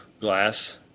glass